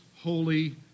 holy